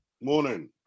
Morning